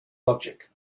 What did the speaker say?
logic